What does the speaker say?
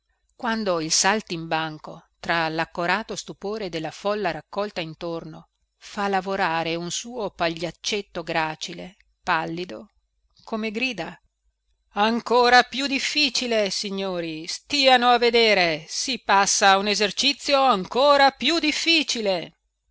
quando il saltimbanco tra laccorato stupore della folla raccolta intorno fa lavorare un suo pagliaccetto gracile pallido come grida ancora più difficile signori stiano a vedere si passa a un esercizio ancora più diffficile